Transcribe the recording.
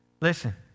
Listen